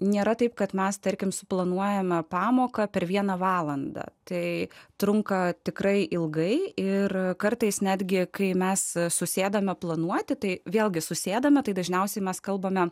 nėra taip kad mes tarkim suplanuojama pamoką per vieną valandą tai trunka tikrai ilgai ir kartais netgi kai mes susėdame planuoti tai vėlgi susėdame tai dažniausiai mes kalbame